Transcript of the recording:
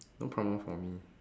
no problem for me